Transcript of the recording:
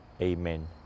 Amen